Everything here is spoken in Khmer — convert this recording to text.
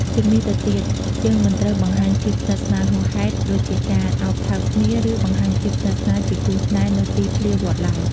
ជាងនេះទៅទៀត យើងមិនត្រូវបង្ហាញភាពស្និទ្ធស្នាលហួសហេតុដូចជាការ ឱបថើបគ្នា ឬបង្ហាញភាពស្និទ្ធស្នាលជាគូស្នេហ៍នៅទីធ្លាវត្តឡើយ។